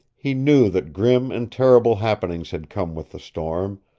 he knew that grim and terrible happenings had come with the storm,